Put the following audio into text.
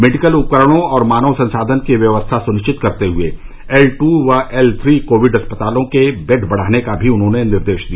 medical उपकरणों और मानव संसाधन की व्यवस्था सुनिश्चित करते हुए एल ट् व एल थ्री कोविड अस्पतालों के बेड बढ़ाने का भी उन्होंने निर्देश दिया